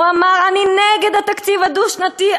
הוא אמר: אני נגד התקציב הדו-שנתי,